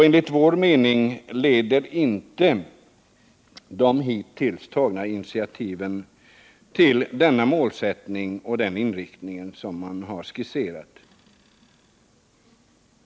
Enligt vår mening leder inte de hittills tagna initiativen till den målsättning och den inriktning som man har skisserat.